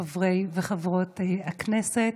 חברי וחברות הכנסת,